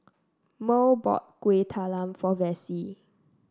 Murl bought Kueh Talam for Vassie